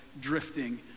drifting